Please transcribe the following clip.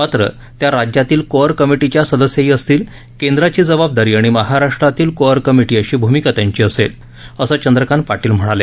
मात्र त्या राज्यातील कोअर कमिटीच्या सदस्यही असतील केंद्राची जबाबदारी आणि महाराष्ट्रातील कोअर कमिटी अशी भूमिका त्यांची असेल असं चंद्रकांत पाटील म्हणाले